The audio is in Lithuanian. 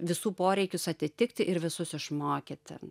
visų poreikius atitikti ir visus išmokyti